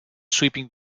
sweeping